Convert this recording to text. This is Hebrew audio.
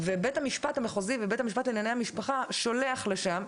בית המשפט המחוזי ובית המשפט לענייני משפחה שולח לשם,